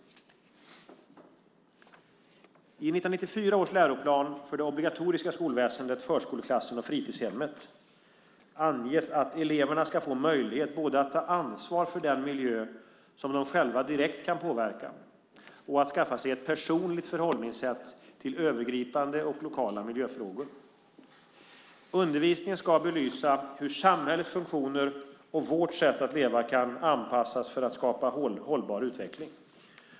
I 1994 års läroplan för det obligatoriska skolväsendet, förskoleklassen och fritidshemmet, Lpo 94, anges att eleverna ska få möjlighet både att ta ansvar för den miljö som de själva direkt kan påverka och att skaffa sig ett personligt förhållningssätt till övergripande och globala miljöfrågor. Undervisningen ska belysa hur samhällets funktioner och vårt sätt att leva kan anpassas för att skapa hållbar utveckling.